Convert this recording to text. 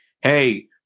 Hey